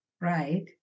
right